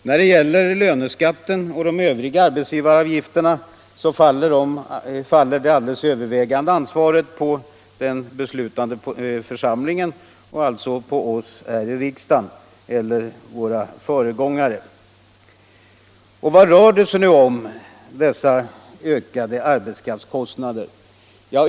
När det gäller löneskatten och de övriga arbetsgivaravgifterna faller det alldeles övervägande ansvaret på den beslutande församlingen, alltså på oss här i riksdagen eller våra föregångare. Vad rör sig nu dessa ökade arbetskraftskostnader om?